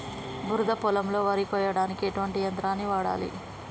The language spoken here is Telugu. బురద పొలంలో వరి కొయ్యడానికి ఎటువంటి యంత్రాన్ని వాడాలి?